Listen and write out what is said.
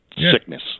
sickness